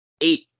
Eight